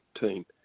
team